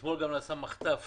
אתמול גם נעשה מחטף